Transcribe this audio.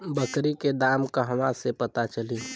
बकरी के दाम कहवा से पता चली?